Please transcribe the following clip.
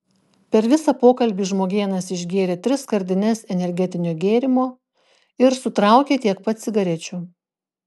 per visą pokalbį žmogėnas išgėrė tris skardines energetinio gėrimo ir sutraukė tiek pat cigarečių